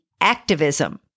activism